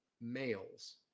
males